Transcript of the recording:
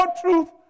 truth